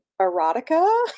erotica